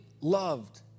loved